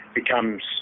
becomes